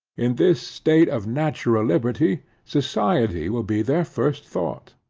in this state of natural liberty, society will be their first thought.